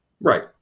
Right